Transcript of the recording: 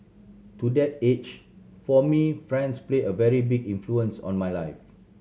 to that age for me friends played a very big influence on my life